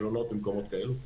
מלונות ומקומות כאלה.